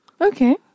Okay